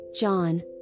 John